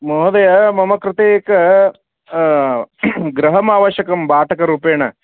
महोदय मम कृते एक गृहम् आवश्यकं भाटकरूपेण